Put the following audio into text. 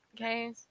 okay